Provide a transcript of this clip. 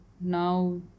Now